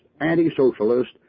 anti-socialist